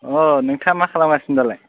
औ नोंथाङा मा खालामगासिनो दालाय